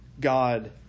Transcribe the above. God